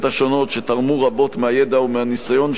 שתרמו רבות מהידע ומהניסיון שלהם,